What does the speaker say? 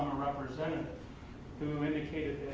representative who indicated